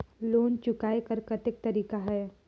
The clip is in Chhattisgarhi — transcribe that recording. लोन चुकाय कर कतेक तरीका है?